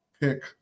pick